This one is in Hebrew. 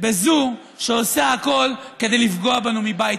בזו שעושה הכול כדי לפגוע בנו מבית.